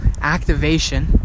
activation